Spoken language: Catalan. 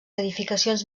edificacions